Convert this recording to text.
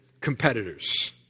competitors